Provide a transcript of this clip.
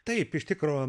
taip iš tikro